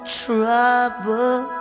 trouble